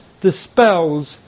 dispels